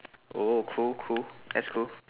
oh cool cool that's cool